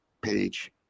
page